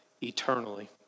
eternally